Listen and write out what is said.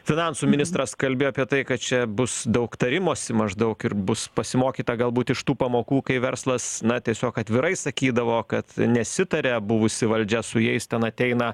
finansų ministras kalbėjo apie tai kad čia bus daug tarimosi maždaug ir bus pasimokyta galbūt iš tų pamokų kai verslas na tiesiog atvirai sakydavo kad nesitaria buvusi valdžia su jais ten ateina